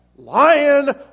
Lion